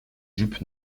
jupe